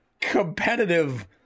competitive